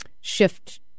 shift